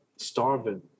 starving